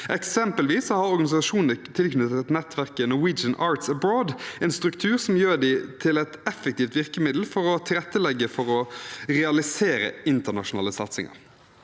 Eksempelvis har organisasjoner tilknyttet nettverket Norwegian Arts Abroad en struktur som gjør dem til et effektivt virkemiddel for å tilrettelegge for å realisere den internasjonale satsingen.